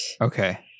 Okay